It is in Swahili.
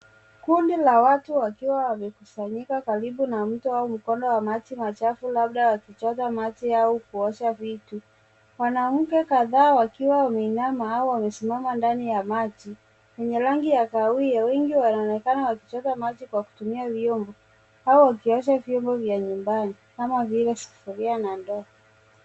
Kundi la watu wakiwa wamekusanyika karibu na mto wau mkondo wa maji machafu labda wakichota maji au kuosha vitu. Wanawake kadhaa waaakiwa wameinama au wamesimama ndani ya maji wenye rangi ya kahawia. Wengi wanaonekana wakichota maji kwa kutumia vyombo au wakiosha vyombo vya nyumbani kama vile sufuria na ndoo.